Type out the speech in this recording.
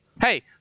Hey